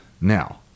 now